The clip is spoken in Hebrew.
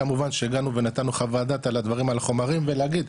כמובן שהגענו ונתנו חוות דעת על החומרים ולהגיד,